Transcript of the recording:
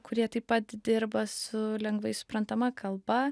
kurie taip pat dirba su lengvai suprantama kalba